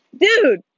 Dude